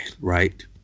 right